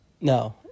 No